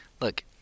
look